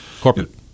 corporate